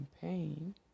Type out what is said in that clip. campaign